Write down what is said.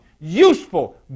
Useful